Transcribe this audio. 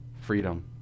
freedom